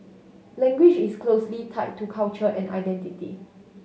language is closely tied to culture and identity